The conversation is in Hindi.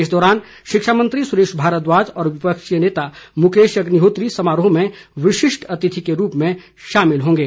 इस दौरान शिक्षा मंत्री सुरेश भारद्वाज और विपक्ष के नेता मुकेश अग्निहोत्री समारोह में विशिष्ट अतिथि के तौर पर शामिल होंगे